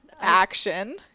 action